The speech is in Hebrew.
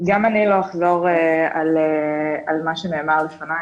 גם אני לא אחזור על מה שנאמר לפני,